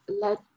let